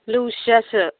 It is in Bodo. लौसियासो